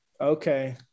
Okay